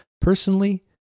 Personally